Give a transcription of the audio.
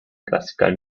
classical